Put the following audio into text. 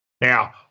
Now